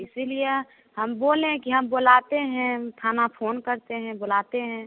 इसलिए हम बोले कि हम बोलाते हैं थाना फोन करते हैं बुलाते हैं